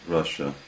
Russia